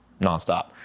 nonstop